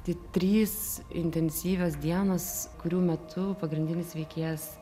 tai trys intensyvios dienos kurių metu pagrindinis veikėjas